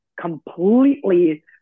completely